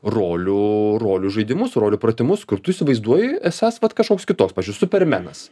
rolių rolių žaidimus rolių pratimus kur tu įsivaizduoji esąs vat kažkoks kitoks pavyzdžiui supermenas